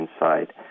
inside